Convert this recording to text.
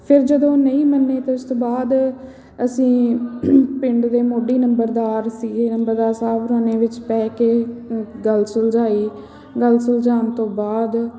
ਫਿਰ ਜਦੋਂ ਉਹ ਨਹੀਂ ਮੰਨੇ ਅਤੇ ਉਸ ਤੋਂ ਬਾਅਦ ਅਸੀਂ ਪਿੰਡ ਦੇ ਮੋਢੀ ਨੰਬਰਦਾਰ ਸੀਗੇ ਨੰਬਰਦਾਰ ਸਾਹਿਬ ਹੋਰਾਂ ਨੇ ਵਿੱਚ ਪੈ ਕੇ ਗੱਲ ਸੁਲਝਾਈ ਗੱਲ ਸੁਲਝਾਉਣ ਤੋਂ ਬਾਅਦ